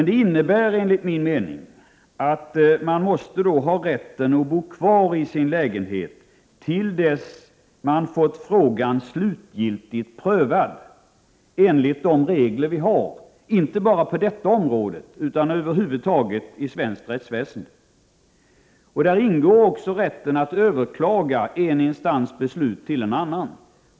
Det innebär enligt min mening att hyresgästen måste ha rätten att bo kvar i sin lägenhet till dess att man har fått frågan slutgiltigt prövad enligt de regler som vi har, inte bara på detta område utan över huvud taget i svenskt rättsväsende. Däri ingår rätten att överklaga en instans beslut till en annan.